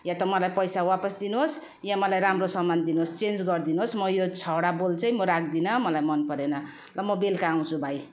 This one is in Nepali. वा त मलाई पैसा वापस दिनु होस् वा मलाई राम्रो सामान दिनु होस् चेन्ज गरिदिनु होस् म यो छवटा बोल चहिँ म राख्दिनँ मलाई मन परेन र म बेलुका आउँछु भाइ